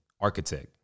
architect